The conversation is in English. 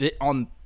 On